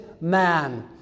man